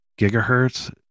gigahertz